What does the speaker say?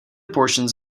portions